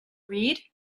read